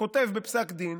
כותב בפסק דין